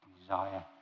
desire